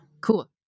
Cool